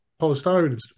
polystyrene